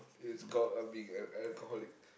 it's called uh being al~ alcoholic